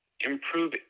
improve